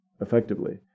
effectively